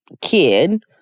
kid